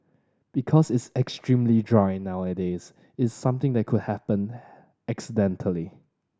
because it's extremely dry nowadays is something that could happened accidentally